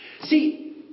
See